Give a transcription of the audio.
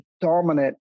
dominant